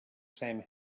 same